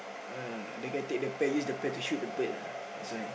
uh the guy take the pear use the pear shoot the bird ah that's why